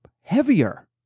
heavier